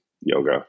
yoga